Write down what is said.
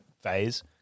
phase